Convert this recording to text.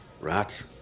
rats